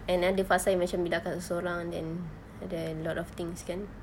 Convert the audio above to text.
ada ada fasa yang macam bila akak seorang then ah then a lot of things kan